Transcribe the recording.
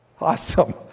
Awesome